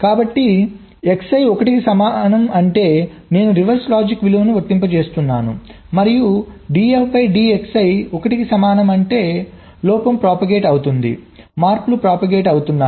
కాబట్టి Xi 1 కి సమానం అంటే నేను రివర్స్ లాజిక్ విలువను వర్తింపజేస్తున్నాను మరియు df dXi 1 కి సమానం అంటే లోపం propagate అవుతోంది మార్పులు propagate అవుతున్నాయి